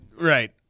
Right